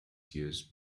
use